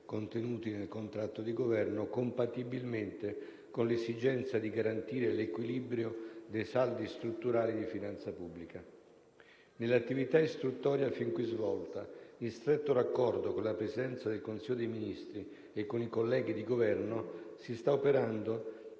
contenuti nel contratto di Governo compatibilmente con l'esigenza di garantire l'equilibrio dei saldi strutturali di finanza pubblica. Nell'attività istruttoria fin qui svolta, in stretto raccordo con la Presidenza del Consiglio dei ministri e con i colleghi di Governo, si sta operando